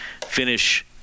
finish